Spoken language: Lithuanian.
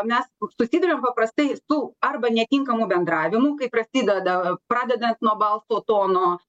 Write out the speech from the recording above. mes susiduriam paprastai su arba netinkamu bendravimu kai prasideda pradedant nuo balso tono